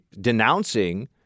denouncing